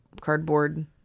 cardboard